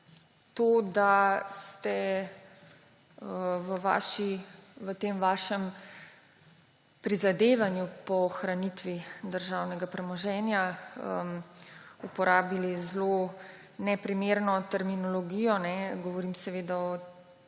to, da ste v svojem prizadevanju za ohranitev državnega premoženja uporabili zelo neprimerno terminologijo. Govorim seveda o